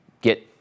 get